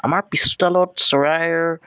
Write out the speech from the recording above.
আমাৰ পিছ চোতালত চৰাইৰ